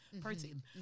protein